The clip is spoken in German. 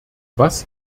was